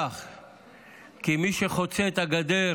כי מי שחוצה את הגדר